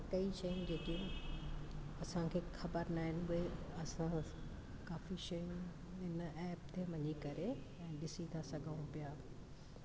हितां ई शयूं जेके आहिनि असांखे ख़बर न आहिनि उहे असां काफ़ी शयूं इन ऐप ते वञी करे ऐं ॾिसी था सघूं पिया